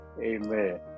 Amen